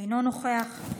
אינו נוכח,